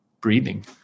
breathing